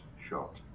shot